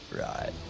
right